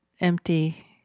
empty